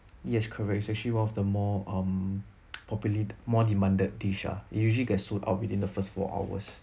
yes correct it's actually one of the more um populi~ more demanded dish ah usually get to sold out within the first four hours